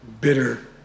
bitter